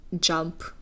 jump